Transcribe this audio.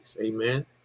amen